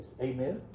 Amen